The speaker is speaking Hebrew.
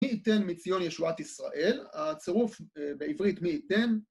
מי יתן מציון ישועת ישראל, הצירוף בעברית מי יתן